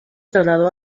trasladó